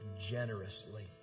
generously